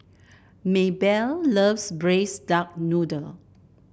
Maybelle loves Braised Duck Noodle